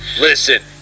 Listen